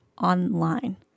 online